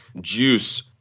juice